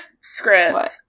script